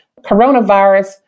coronavirus